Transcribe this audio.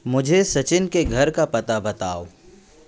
मुझे सचिन के घर का पता बताओ